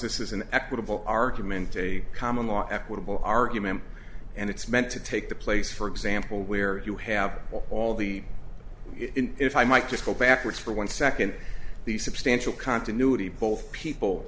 this is an equitable argument a common law equitable argument and it's meant to take the place for example where you have all the if i might just go backwards for one second the substantial continuity both people